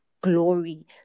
glory